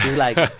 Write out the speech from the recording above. like,